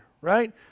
right